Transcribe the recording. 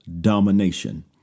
domination